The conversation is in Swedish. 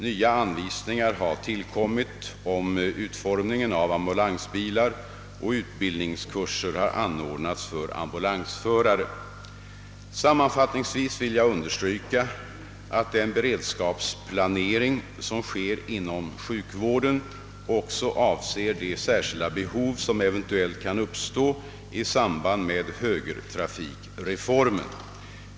Nya anvisningar har utfärdats om utformningen av ambulansbilar, och utbildningskurser har anordnats för ambulansförare. Sammanfattningsvis vill jag understryka, att den beredskapsplanering som sker inom sjukvården också avser de särskilda behov som eventuellt kan uppstå i samband med högertrafikreformen.